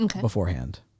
beforehand